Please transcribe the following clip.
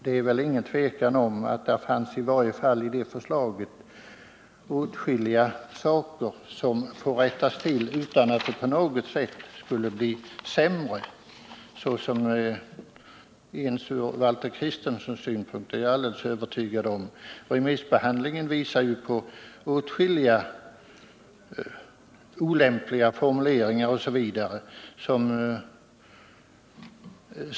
Det är väl inget tvivel om att idet förslaget finns åtskilliga saker som kan rättas till utan att det på något sätt skulle bli sämre ens ur Valter Kristensons synpunkt. Remissbehandlingen visar ju på åtskilliga olämpliga formuleringar, osv.